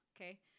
Okay